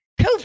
COVID